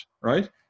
right